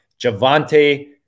Javante